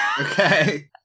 Okay